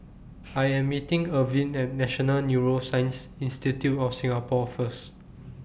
I Am meeting Ervin At National Neuroscience Institute of Singapore First